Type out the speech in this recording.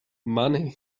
money